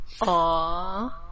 Aww